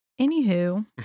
Anywho